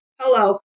hello